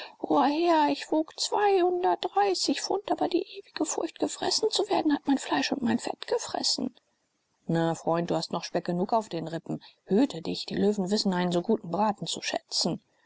herr ich wog pfund aber die ewige furcht gefressen zu werden hat mein fleisch und mein fett gefressen na freund du hast noch speck genug auf den rippen hüte dich die löwen wissen einen so guten braten zu schätzen